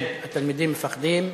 כן, התלמידים מפחדים.